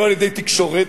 לא על-ידי תקשורת,